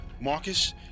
Marcus